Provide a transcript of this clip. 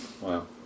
Wow